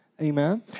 amen